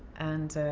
and,